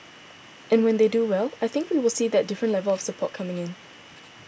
and when they do well I think we will see that different level of support coming in